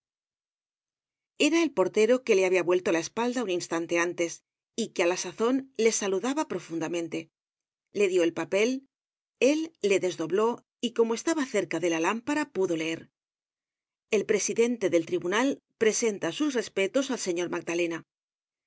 era el portero que le habia vuelto la espalda un instante antes y que á la sazón le saludaba profundamente le dió el papel él le desdobló y como estaba cerca de la lámpara pudo leer el presidente del tribunal presenta sus respetos al señor magdalena